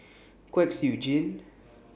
Kwek Siew Jin